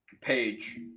page